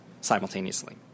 simultaneously